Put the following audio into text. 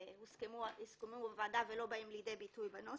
שהוסכמו בוועדה ולא באים לידי ביטוי בנוסח.